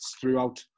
throughout